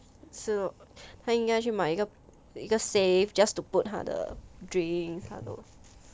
是 lor 他应该去买一个一个 safe just to put 他的 drink